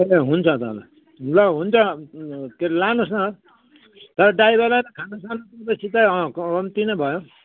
ए हुन्छ ल ल ल हुन्छ के अरे लानुहोस् न तर ड्राइभरलाई खानुसानु दिइपछि त अँ कम्ती नै भयो